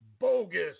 Bogus